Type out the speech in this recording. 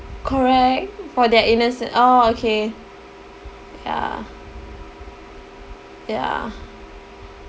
correct for their innocent orh okay ya ya